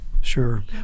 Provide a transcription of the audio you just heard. Sure